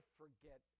forget